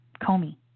Comey